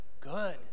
Good